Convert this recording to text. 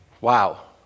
Wow